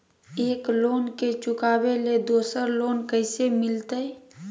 एक लोन के चुकाबे ले दोसर लोन कैसे मिलते?